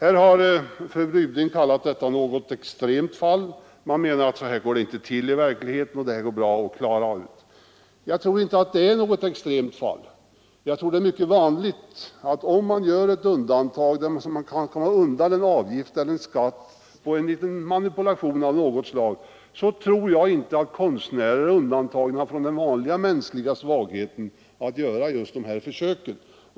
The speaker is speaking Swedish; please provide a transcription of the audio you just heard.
Fru Ryding har kallat detta ett något extremt exempel. Hon menar att så går det inte till i verkligheten. Jag tror inte att det är något extremt fall. Om det görs undantag, så att någon kan komma undan en avgift eller en skatt genom en manipulation av något slag, så tror jag inte att konstnärer är undantagna från den vanliga mänskliga svagheten att göra ett sådant försök.